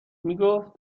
میگفت